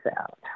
out